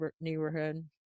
neighborhood